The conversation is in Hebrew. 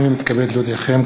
הנני מתכבד להודיעכם,